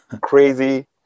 crazy